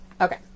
Okay